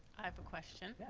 i have a question.